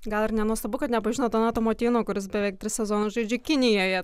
gal ir nenuostabu kad nepažino donato motiejūno kuris beveik tris sezonus žaidžia kinijoje